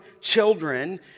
children